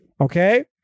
okay